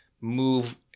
move